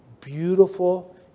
beautiful